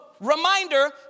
reminder